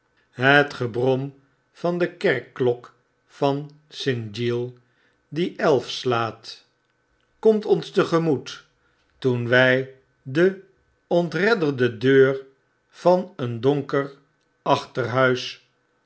het gebrom van de kerkklok van st giles die elf slaat komt ons te gemoet toen wy de ontredderde deur van een donker